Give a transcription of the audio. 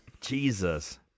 Jesus